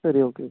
சரி ஓகே